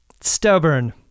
stubborn